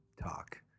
talk